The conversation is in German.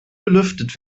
belüftet